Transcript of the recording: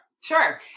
sure